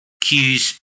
cues